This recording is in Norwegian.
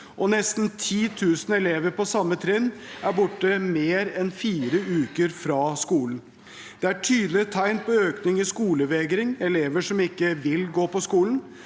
og nesten 10 000 elever på samme trinn er borte mer enn fire uker fra skolen. Det er tydelige tegn til økning i skolevegring, elever som ikke vil gå på skolen.